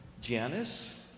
Janice